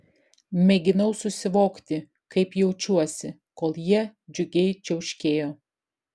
mėginau susivokti kaip jaučiuosi kol jie džiugiai čiauškėjo